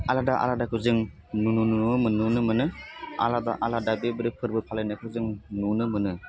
आलादा आलादाखो जों नु नुवो मोह नुनो मोनो आलादा आलादा बे फोरबो फालिनायखौ जों नुनो मोनो